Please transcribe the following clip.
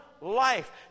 life